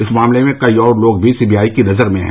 इस मामले में कई और लोग भी सीबीआई की नजर में हैं